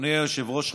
אדוני היושב-ראש,